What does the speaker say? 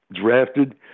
drafted